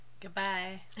Goodbye